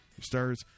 Stars